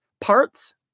parts